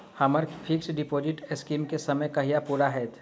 हम्मर fix deposit scheme केँ समय कहिया पूरा हैत?